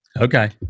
Okay